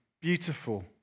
beautiful